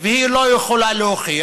והיא לא יכולה להוכיח,